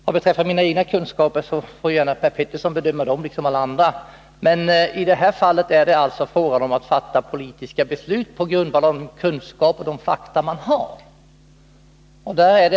Vad beträffar mina egna kunskaper får Per Petersson gärna bedöma dem, liksom alla andra. Menii det här fallet är det fråga om att fatta politiska beslut på grundval av de kunskaper och fakta som man har.